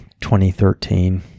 2013